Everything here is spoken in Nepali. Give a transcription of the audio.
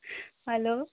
हेलो